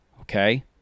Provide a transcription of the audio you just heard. Okay